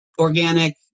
organic